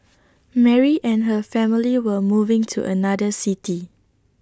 Mary and her family were moving to another city